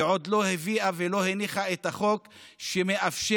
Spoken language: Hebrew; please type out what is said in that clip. ועוד לא הביאה ולא הניחה את החוק שמאפשר